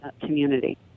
community